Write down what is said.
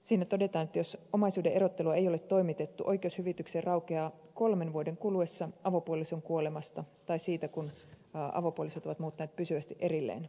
siinä todetaan että jos omaisuuden erottelua ei ole toimitettu oikeus hyvitykseen raukeaa kolmen vuoden kuluessa avopuolison kuolemasta tai siitä kun avopuolisot ovat muuttaneet pysyvästi erilleen